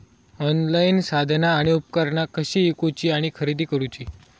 Online साधना आणि उपकरणा कशी ईकूची आणि खरेदी करुची?